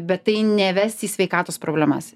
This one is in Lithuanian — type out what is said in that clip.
bet tai neves į sveikatos problemas